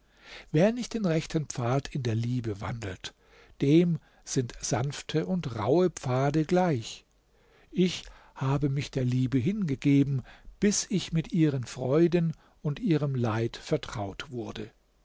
wer nicht den rechten pfad in der liebe wandelt dem sind sanfte und rauhe pfade gleich ich habe mich der liebe hingegeben bis ich mit ihren freuden und ihrem leid vertraut wurde